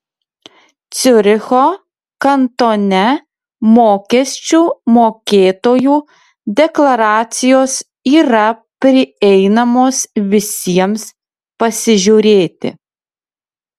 ciuricho kantone mokesčių mokėtojų deklaracijos yra prieinamos visiems pasižiūrėti